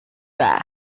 that